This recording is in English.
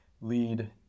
lead